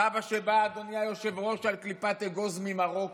סבא שבא, אדוני היושב-ראש, על קליפת אגוז ממרוקו,